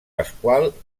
pasqual